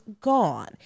gone